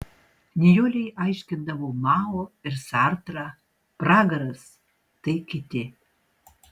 nijolei aiškindavo mao ir sartrą pragaras tai kiti